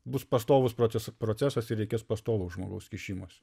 bus pastovus proces procesas ir reikės pastovaus žmogaus kišimosi